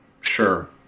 Sure